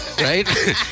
Right